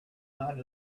might